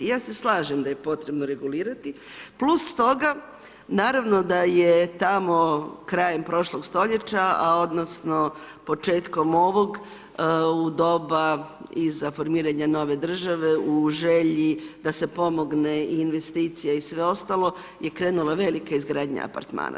Ja se slažem da je potrebno regulirati plus toga naravno da je tamo krajem prošlog stoljeća a odnosno početkom ovog u doba iza formiranja nove države u želji da se pomogne i investicija i sve ostalo je krenula velika izgradnja apartmana.